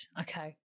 Okay